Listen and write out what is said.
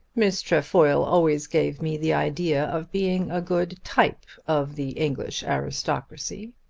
miss trefoil always gave me the idea of being a good type of the english aristocracy.